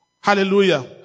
Hallelujah